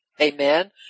Amen